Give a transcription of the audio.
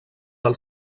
del